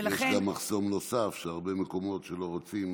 יש גם מחסום נוסף: בהרבה מקומות לא רוצים